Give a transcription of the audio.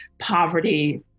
poverty